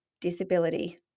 disability